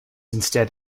instead